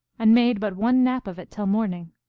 and made but one nap of it till morning.